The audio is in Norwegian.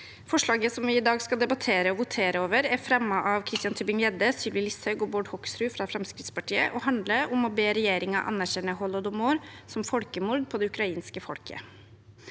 Forslaget som vi i dag skal debattere og votere over, er fremmet av Christian Tybring-Gjedde, Sylvi Listhaug og Bård Hoksrud fra Fremskrittspartiet og handler om å be regjeringen anerkjenne holodomor som et folkemord på det ukrainske folket.